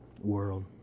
world